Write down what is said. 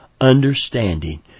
understanding